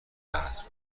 است